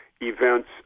events